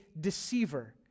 deceiver